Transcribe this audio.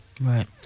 Right